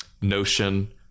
notion